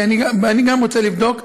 כי אני רוצה לבדוק.